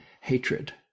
hatred